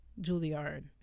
Juilliard